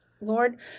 Lord